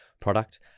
product